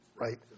right